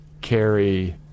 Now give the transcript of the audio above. carry